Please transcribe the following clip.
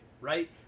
right